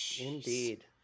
Indeed